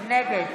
נגד